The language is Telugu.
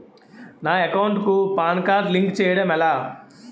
నా అకౌంట్ కు పాన్ కార్డ్ లింక్ చేయడం ఎలా?